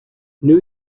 new